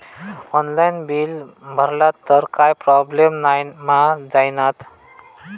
Online bill भरला तर काय प्रोब्लेम नाय मा जाईनत?